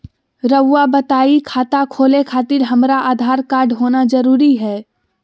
रउआ बताई खाता खोले खातिर हमरा आधार कार्ड होना जरूरी है?